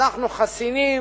אנחנו חסינים,